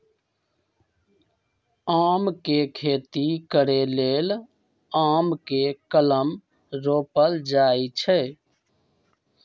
आम के खेती करे लेल आम के कलम रोपल जाइ छइ